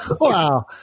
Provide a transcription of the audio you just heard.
wow